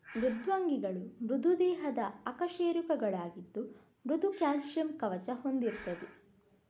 ಮೃದ್ವಂಗಿಗಳು ಮೃದು ದೇಹದ ಅಕಶೇರುಕಗಳಾಗಿದ್ದು ಮೃದು ಕ್ಯಾಲ್ಸಿಯಂ ಕವಚ ಹೊಂದಿರ್ತದೆ